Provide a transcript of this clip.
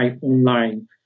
online